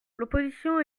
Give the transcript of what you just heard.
l’opposition